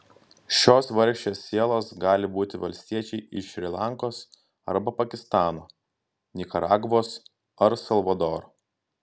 šios vargšės sielos gali būti valstiečiai iš šri lankos arba pakistano nikaragvos ar salvadoro